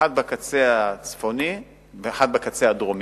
האחת בקצה הצפוני והאחת בקצה הדרומי,